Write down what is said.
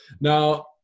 now